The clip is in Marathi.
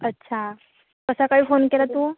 अच्छा कसा काय फोन केला तू